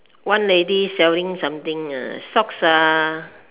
one lady selling something uh socks uh